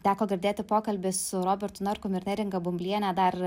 teko girdėti pokalbį su robertu narkum ir neringa bumbliene dar